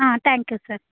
ಹಾಂ thank you sir